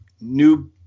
new